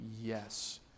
Yes